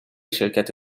شرکت